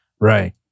Right